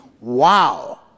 wow